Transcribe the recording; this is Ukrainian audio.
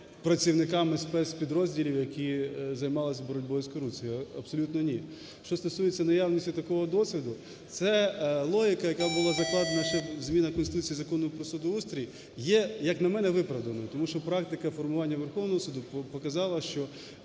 працівниками спецпідрозділів, які займалися боротьбою з корупцією, абсолютно ні. Що стосується наявності такого досвіду, це логіка, яка була закладена ще в змінах Конституції, Закону про судоустрій. Є, як на мене, виправданою, тому що практика формування Верховного Суду показала, що